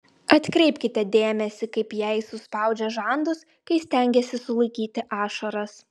atkreipkite dėmesį kaip jei suspaudžia žandus kai stengiasi sulaikyti ašaras